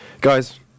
Guys